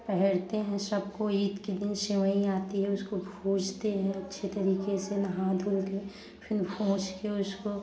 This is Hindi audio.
पहनते है सब कोई ईद के दिन सेवई आती है उसको भुजते हैं अच्छे तरीके से नहा धो कर फिन भुज के उसको